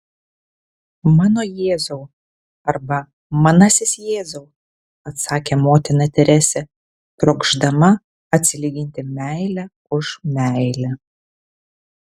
mano jėzau arba manasis jėzau atsakė motina teresė trokšdama atsilyginti meile už meilę